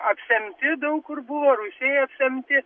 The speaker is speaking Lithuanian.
apsemti daug kur buvo rūsiai apsemti